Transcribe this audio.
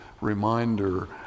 reminder